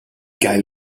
geil